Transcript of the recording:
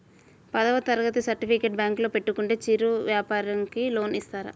పదవ తరగతి సర్టిఫికేట్ బ్యాంకులో పెట్టుకుంటే చిరు వ్యాపారంకి లోన్ ఇస్తారా?